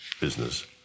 business